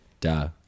duh